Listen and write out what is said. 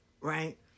Right